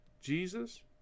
Jesus